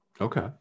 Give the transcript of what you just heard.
Okay